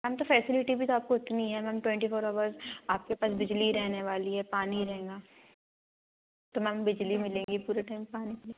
ma'am तो facility भी तो आपको इतनी है मैम ट्वेंटी फोर ऑवर्ज़ आपके पास बिजली रहने वाली है पानी रहेगा तो मैम बिजली मिलेगी पूरे टाइम पानी भी